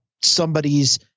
somebody's